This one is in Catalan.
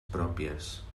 pròpies